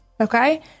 okay